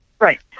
Right